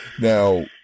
Now